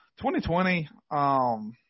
2020 –